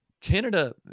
Canada